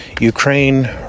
Ukraine